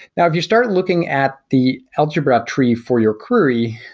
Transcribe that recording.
now, if you start looking at the algebra tree for your query,